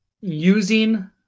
using